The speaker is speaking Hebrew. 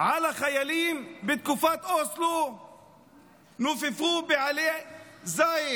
על החיילים, בתקופת אוסלו נופפו בעלה זית